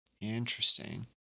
Interesting